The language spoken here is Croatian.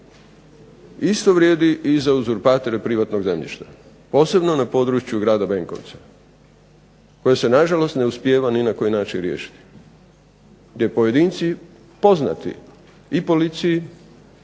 Isto vrijedi i za uzurpatore privatnog zemljišta posebno na području Grada Benkovca koje se na žalost ne uspijeva ni na koji način riješiti. Jer pojedinci poznati i policiji